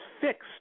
fixed